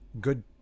good